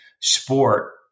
sport